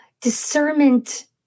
Discernment